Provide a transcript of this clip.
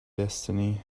destiny